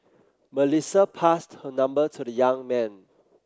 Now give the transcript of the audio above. Melissa passed her number to the young man